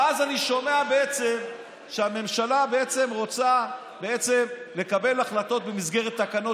ואז אני שומע שהממשלה בעצם רוצה לקבל החלטות במסגרת תקנות